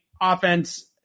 offense